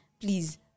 please